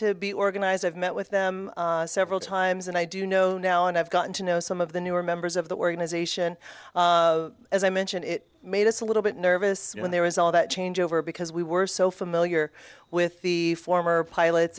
to be organized i've met with them several times and i do know now and i've gotten to know some of the newer members of the organization as i mentioned it made us a little bit nervous when there was all that changeover because we were so familiar with the former pilots